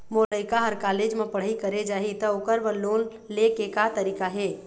मोर लइका हर कॉलेज म पढ़ई करे जाही, त ओकर बर लोन ले के का तरीका हे?